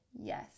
Yes